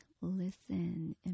listen